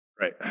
Right